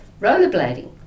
rollerblading